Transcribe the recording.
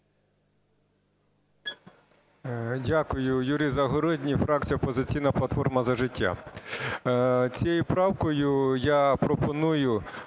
Дякую. Юрій Загородній, фракція "Опозиційна платформа – За життя". Цією правкою я пропоную